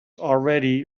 already